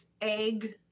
egg